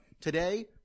today